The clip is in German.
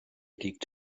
liegt